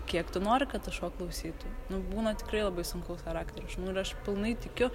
kiek tu nori kad tas šuo klausytų nu būna tikrai labai sunkaus charakterio šunų ir aš pilnai tikiu